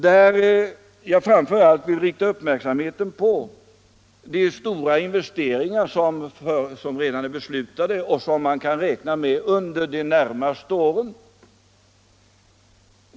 Jag vill där framför allt rikta uppmärksamheten på de stora investeringar som redan är beslutade och som man kan räkna med under de närmaste åren.